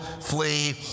flee